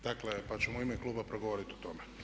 Dakle pa ćemo u ime kluba progovoriti o tome.